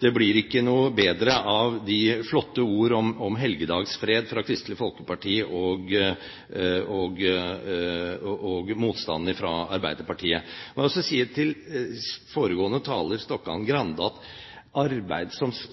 det blir ikke noe bedre av de flotte ordene om helgedagsfred fra Kristelig Folkeparti og motstanden fra Arbeiderpartiet. Jeg vil også si til foregående taler, Stokkan-Grande,